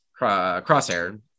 crosshair